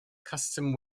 custom